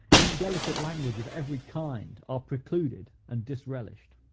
indelicate language of every kind, are precluded and disrelished.